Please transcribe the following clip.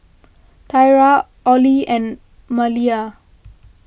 Thyra Ollie and Maleah